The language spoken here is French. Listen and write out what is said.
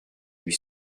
lui